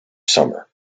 summer